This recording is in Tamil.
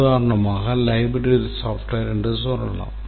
உதாரணமாக library software என்று சொல்லலாம்